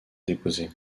déposer